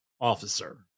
officer